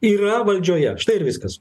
yra valdžioje štai ir viskas